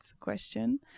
question